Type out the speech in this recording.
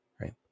Right